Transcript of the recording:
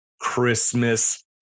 Christmas